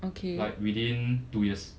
like within two years